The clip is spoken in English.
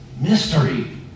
mystery